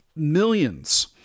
millions